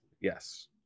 Yes